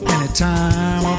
Anytime